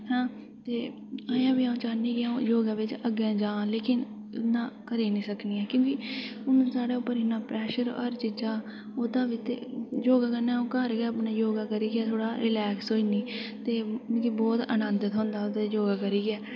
ते अजें बी अ'ऊं चाहन्नी कि योगा बिच अग्गें जां लेकिन नांह् करी निं सकनी क्योंकि हून साढ़े उप्पर इ'न्ना प्रेशर हर चीज ओह्दा बी ते योगा कन्नै अ'ऊं घर गै अपने योगा करियै थोह्ड़ा रिलेक्स होई ज'न्नी ते मिगी बहोत आनंद थ्होंदा योगा करियै